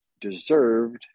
deserved